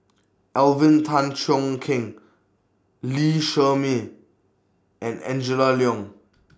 Alvin Tan Cheong Kheng Lee Shermay and Angela Liong